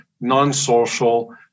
non-social